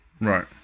Right